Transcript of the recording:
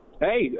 Hey